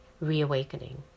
reawakening